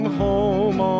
home